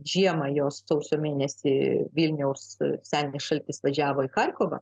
žiemą jos sausio mėnesį vilniaus senis šaltis važiavo į charkovą